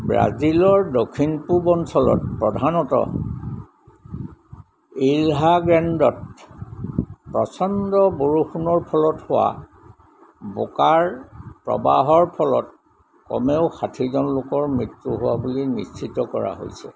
ব্ৰাজিলৰ দক্ষিণ পূব অঞ্চলত প্ৰধানকৈ ইলহা গ্ৰেণ্ডত প্ৰচণ্ড বৰষুণৰ ফলত হোৱা বোকাৰ প্ৰৱাহৰ ফলত কমেও ষাঠিজন লোকৰ মৃত্যু হোৱা বুলি নিশ্চিত কৰা হৈছে